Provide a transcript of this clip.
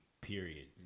period